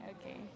Okay